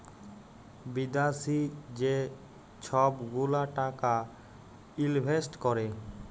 বিদ্যাশি যে ছব গুলা টাকা ইলভেস্ট ক্যরে